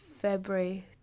February